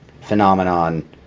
phenomenon